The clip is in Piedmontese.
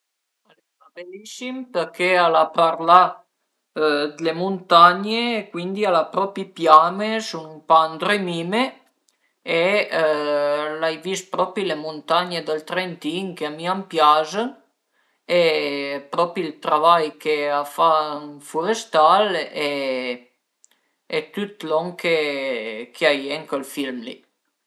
Al era belissim perché al a parlà d'le muntagne e cuindi al a propi piame, sun pa ëndrömime e l'ai vist propi le muntagne dël Trentin che mi a m'pias e propi ël travai che a fa ën furestal e tüt lon ch'a ie ën chel film li